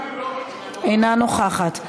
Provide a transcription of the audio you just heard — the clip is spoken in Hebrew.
אינה נוכחת,